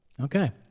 Okay